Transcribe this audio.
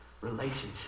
Relationship